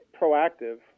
proactive